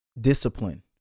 discipline